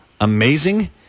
amazing